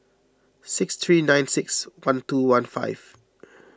six three nine six one two one five